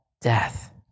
death